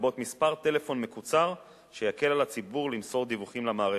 לרבות מספר טלפון מקוצר שיקל על הציבור למסור דיווחים למערכת.